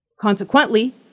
Consequently